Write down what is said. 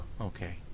Okay